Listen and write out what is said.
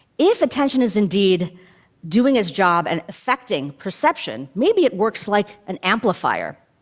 if attention is indeed doing its job and affecting perception, maybe it works like an amplifier.